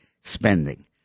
spending